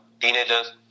teenagers